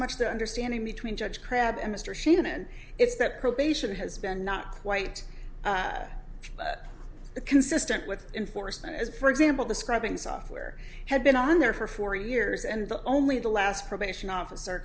much the understanding between judge crabbe and mr she didn't it's that probation has been not quite consistent with enforcement as for example describing software had been on there for four years and that only the last probation officer